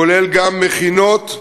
כולל מכינות,